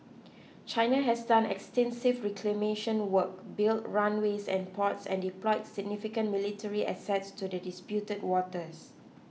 China has done extensive reclamation work built runways and ports and deploy significant military assets to the disputed waters